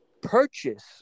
purchase